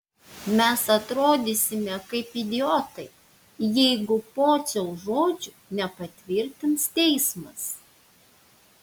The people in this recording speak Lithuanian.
mes atrodysime kaip idiotai jeigu pociaus žodžių nepatvirtins teismas